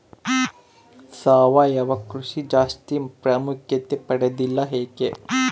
ಸಾವಯವ ಕೃಷಿ ಜಾಸ್ತಿ ಪ್ರಾಮುಖ್ಯತೆ ಪಡೆದಿಲ್ಲ ಯಾಕೆ?